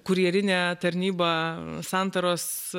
kurjerinė tarnyba santaros